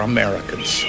Americans